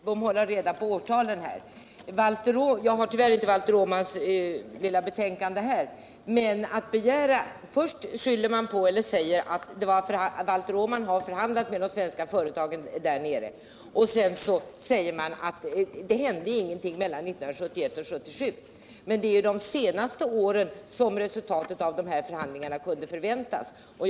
Herr talman! Nu får Carl Lidbom hålla reda på årtalen här! Jag har tyvärr inte Valter Åmans lilla betänkande här. Man påstår att trots att Valter Åman förhandlade med de svenska företagen där nere, så hände det ingenting mellan 1971 och 1977. Men det är ju först under senare år som man kunde förvänta sig något resultat av dessa förhandlingar.